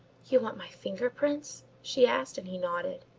you want my finger prints? she asked and he nodded.